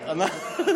תגיד לי, מה, מה?